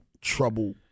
trouble